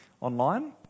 online